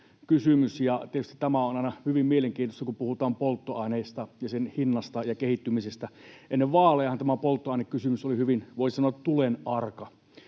on aina hyvin mielenkiintoista, kun puhutaan polttoaineista ja niiden hinnasta ja kehittymisestä. Ennen vaalejahan tämä polttoainekysymys oli hyvin, voi sanoa,